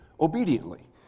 obediently